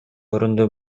орунду